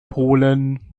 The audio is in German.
polen